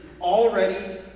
already